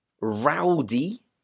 Rowdy